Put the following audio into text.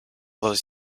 those